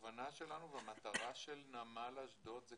והכוונה שלנו והמטרה של נמל אשדוד זה